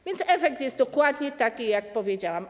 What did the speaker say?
A więc efekt jest dokładnie taki, jak powiedziałam.